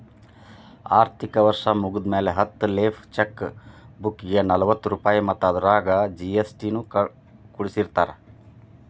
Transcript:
ಆರ್ಥಿಕ ವರ್ಷ್ ಮುಗ್ದ್ಮ್ಯಾಲೆ ಹತ್ತ ಲೇಫ್ ಚೆಕ್ ಬುಕ್ಗೆ ನಲವತ್ತ ರೂಪಾಯ್ ಮತ್ತ ಅದರಾಗ ಜಿ.ಎಸ್.ಟಿ ನು ಕೂಡಸಿರತಾರ